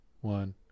one